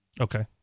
Okay